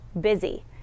busy